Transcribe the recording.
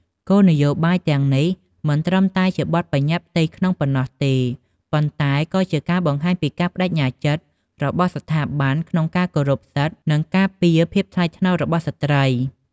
គោលនយោបាយទាំងនេះមិនមែនត្រឹមតែជាបទប្បញ្ញត្តិផ្ទៃក្នុងប៉ុណ្ណោះទេ ប៉ុន្តែជាការបង្ហាញពីការប្តេជ្ញាចិត្តរបស់ស្ថាប័នក្នុងការគោរពសិទ្ធិ និងការពារភាពថ្លៃថ្នូររបស់ស្ត្រី។